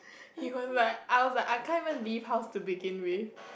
he went right I was like I can't even leave house to begin with